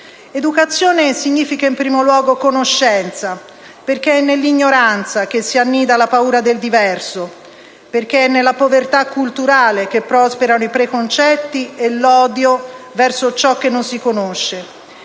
Educazione significa, in primo luogo, conoscenza, perché è nell'ignoranza che si annida la paura del diverso, perché è nella povertà culturale che prosperano i preconcetti e l'odio verso ciò che non si conosce.